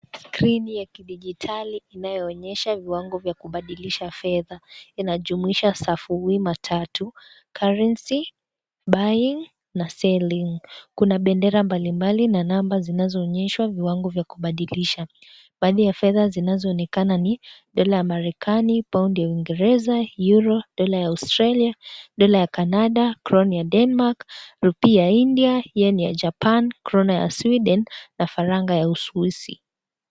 Skrini ya kidijitali inayoonyesha viwango vya kubadilisha fedha. Inajumuisha safu wima tatu, currency, buying na selling . Kuna bendera mbalimbali na namba zinazoonyesha viwango vya kubadilisha. Baadhi ya fedha zinazoonekana ni dolaya marekani, paundi ya uingereza, euro, dola ya Australia, dola ya Canada, crone ya Denmark, Rupe ya India, Yen ya Japana, Kron ya Sweden na faranga ya Uswisi.